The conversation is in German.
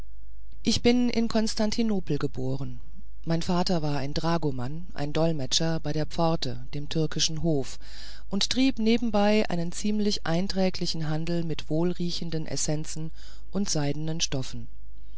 ich bin in konstantinopel geboren mein vater war ein dragoman dolmetscher bei der pforte dem türkischen hof und trieb nebenbei einen ziemlich einträglichen handel mit wohlriechenden essenzen und seidenen stoffen